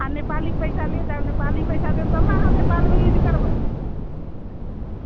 आ नेपाली पैसा ले जाउ नेपाली पैसा देब तब ने अहाँ नेपालमे यूज करबै